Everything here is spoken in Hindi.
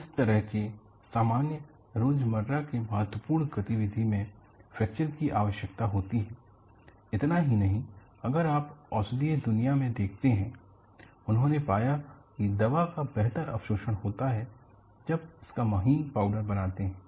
इस तरह के सामान्य रोजमर्रा के महत्वपूर्ण गतिविधि में फ्रैक्चर की आवश्यकता होती है इतना ही नहीं अगर आप औषधीय दुनिया में देखते हैं उन्होंने पाया कि दवा का बेहतर अवशोषण होता है जब उसका महीन पाउडर बनाते हैं